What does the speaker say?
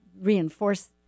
reinforce